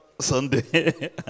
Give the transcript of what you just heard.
Sunday